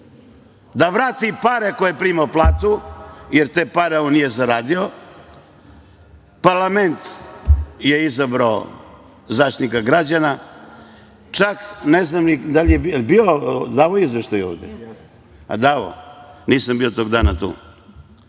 Da vrati pare koje je primao platu, jer te pare on nije zaradio. Parlament je izabrao Zaštitnika građana, čak ne znam ni da li je davao izveštaj ovde, a davao je, nisam bio toga dana tu.